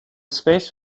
space